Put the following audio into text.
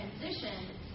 transition